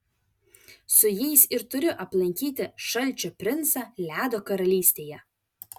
su jais ir turiu aplankyti šalčio princą ledo karalystėje